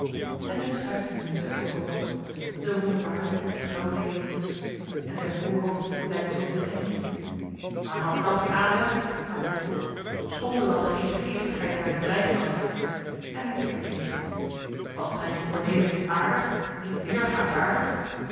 en hij schuift de muts uit zijne oogen de wonderbaarlijke graauwlederen muts en zijn voorhoofd blijkt zoo heel eng niet maar had ik dan geen aanleg vaart hij voort school er dan geene geestigheid in mijne breinkas en hij tikt er tegen was t r i